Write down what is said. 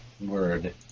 Word